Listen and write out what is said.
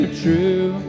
true